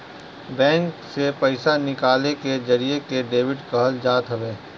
bank से पईसा निकाले के जरिया के डेबिट कहल जात हवे